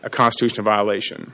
a constitutional violation